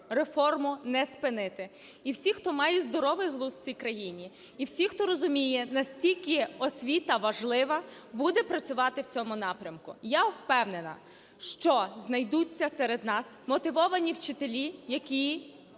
реформу не спинити. І всі, хто мають здоровий глузд в цій країні, і всі, хто розуміє, наскільки освіта важлива, буде працювати в цьому напрямку. Я впевнена, що знайдуться серед нас мотивовані вчителі, які